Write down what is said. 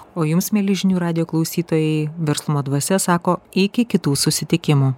o jums mieli žinių radijo klausytojai verslumo dvasia sako iki kitų susitikimų